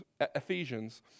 Ephesians